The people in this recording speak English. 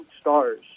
stars